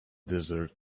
desert